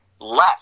left